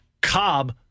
Cobb